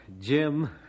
Jim